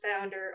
founder